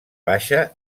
baixa